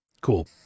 Cool